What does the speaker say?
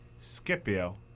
Scipio